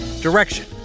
direction